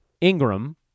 Ingram